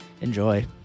Enjoy